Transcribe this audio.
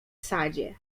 sadzie